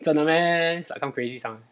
真的 meh it's like some crazy stuff